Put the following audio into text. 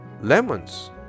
Lemons